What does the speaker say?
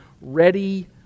ready